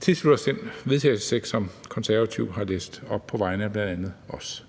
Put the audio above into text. tilslutte os det forslag til vedtagelse, som Konservative har læst op på vegne af bl.a. os.